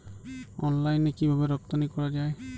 অনলাইনে কিভাবে রপ্তানি করা যায়?